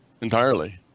entirely